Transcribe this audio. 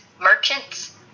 merchants